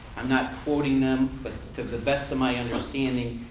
i'm not quoting them but to the best of my understanding,